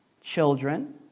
children